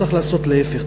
צריך לעשות להפך,